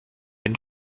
den